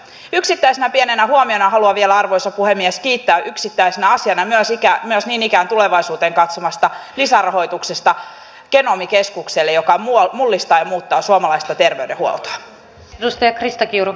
yksittäisenä pienenä asiana haluan myös vielä arvoisa puhemies kiittää yksittäisenä asiana myös ikään jos niin ikään tulevaisuuteen katsovasta lisärahoituksesta genomikeskukselle joka mullistaa ja muuttaa suomalaista terveydenhuoltoa